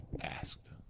asked